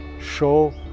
show